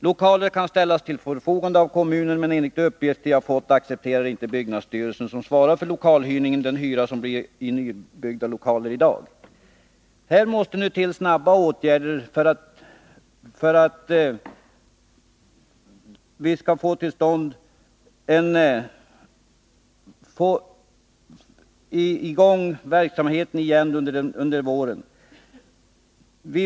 Lokaler kan ställas till förfogande av kommunen, men enligt de uppgifter jag har fått accepterar inte byggnadsstyrelsen, som svarar för lokalförhyrningen, den hyra som det i dag blir fråga om i nybyggda lokaler. Här måste till snabba åtgärder för att vi skall klara verksamheten under våren.